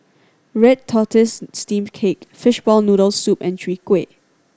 red tortoise steamed cake fishball noodles soup and Chwee Kueh